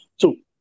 Two